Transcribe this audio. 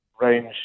range